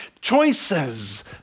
Choices